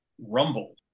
Rumble